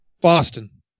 Boston